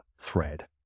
thread